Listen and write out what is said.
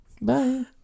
Bye